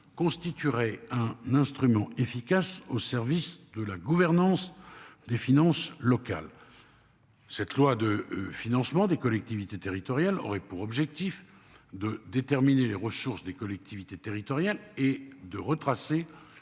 constituerait un instrument efficace au service de la gouvernance des finances locales. Cette loi de financement des collectivités territoriales, aurait pour objectif de déterminer les ressources des collectivités territoriales et de retracer